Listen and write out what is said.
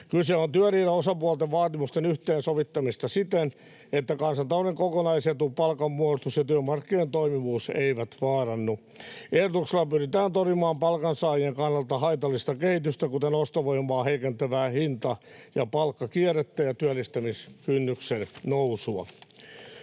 Kyse on työmarkkinaosapuolten vaatimusten yhteensovittamisesta siten, että kansantalouden kokonaisetu, palkanmuodostus ja työmarkkinoiden toimivuus eivät vaarannu. Ehdotuksella pyritään torjumaan palkansaajien kannalta haitallista kehitystä, kuten ostovoimaa heikentävää hinta- ja palkkakierrettä ja työllistämiskynnyksen nousua.